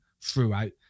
throughout